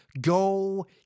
go